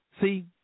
See